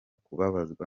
kubabazwa